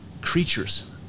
creatures